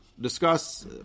discuss